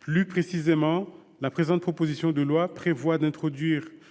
Plus précisément, la proposition de loi qui est soumise